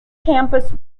campus